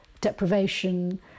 deprivation